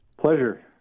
Pleasure